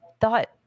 thought –